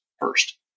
first